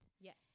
Yes